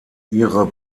ihre